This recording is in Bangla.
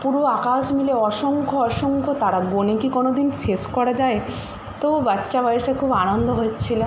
পুরো আকাশ মিলে অসংখ্য অসংখ্য তারা গুনে কি কোনো দিন শেষ করা যায় তবু বাচ্চা বয়সে খুব আনন্দ হচ্ছিল